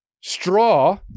straw